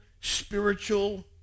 spiritual